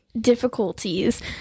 difficulties